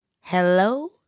hello